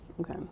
okay